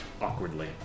awkwardly